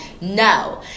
No